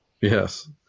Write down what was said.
yes